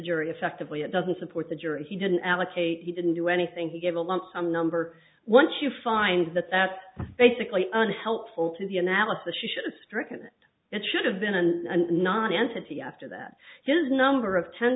jury effectively it doesn't support the jury he didn't allocate he didn't do anything he gave a lump sum number once you find that that basically unhelpful to the analysis should be stricken it should have been and not entity after that his number of ten